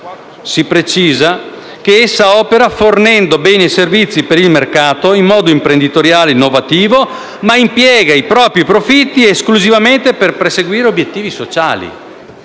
Si precisa inoltre che: «Essa opera fornendo beni e servizi per il mercato in modo imprenditoriale e innovativo e impiega i propri profitti esclusivamente per perseguire obiettivi sociali».